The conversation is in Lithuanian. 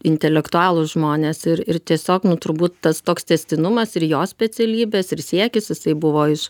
intelektualūs žmonės ir ir tiesiog nu turbūt tas toks tęstinumas ir jo specialybės ir siekis jisai buvo iš